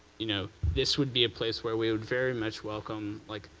you know this would be a place where we would very much welcome, like,